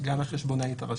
סגן החשבונאית הראשית.